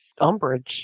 Umbridge